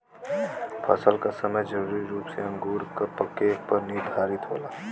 फसल क समय जरूरी रूप से अंगूर क पके पर निर्धारित होला